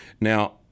Now